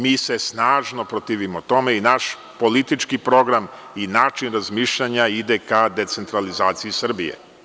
Mi se snažno protivimo tome i naš politički program i način razmišljanja ide ka decentralizaciji Srbije.